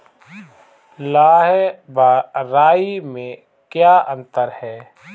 लाह व राई में क्या अंतर है?